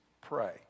pray